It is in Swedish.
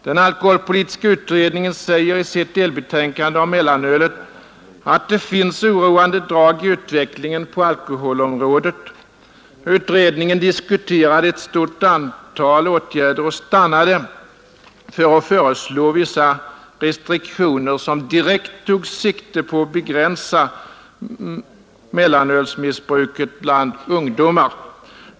Den alkoholpolitiska utredningen säger i sitt delbetänkande om mellanölet, att det finns oroande drag i utvecklingen på alkoholområdet. Utredningen diskuterade ett stort antal åtgärder och stannade för att föreslå vissa restriktioner som direkt tog sikte på att begränsa mellanölsmissbruket bland ungdomar.